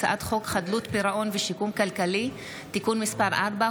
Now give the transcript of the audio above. הצעת חוק חדלות פירעון ושיקום כלכלי (תיקון מס' 4,